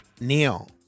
Neil